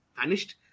vanished